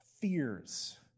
fears